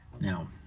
Now